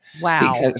Wow